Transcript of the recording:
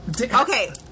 Okay